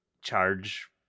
charge